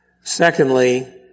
Secondly